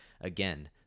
Again